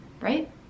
right